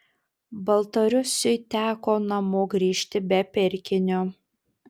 baltarusiui teko namo grįžti be pirkinio